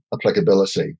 applicability